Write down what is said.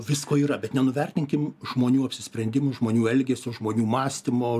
visko yra bet nenuvertinkim žmonių apsisprendimų žmonių elgesio žmonių mąstymo